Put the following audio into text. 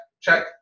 check